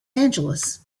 angeles